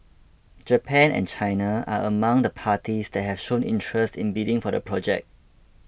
Japan and China are among the parties that have shown interest in bidding for the project